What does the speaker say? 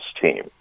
team